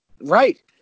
Right